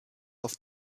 auf